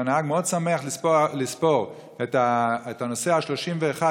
והנהג שמח מאוד לספור את הנוסע ה-31,